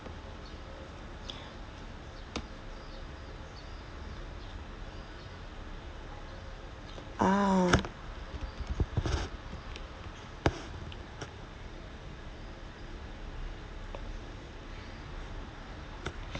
ah